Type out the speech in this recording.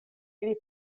ili